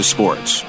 Sports